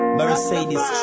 Mercedes